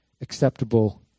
acceptable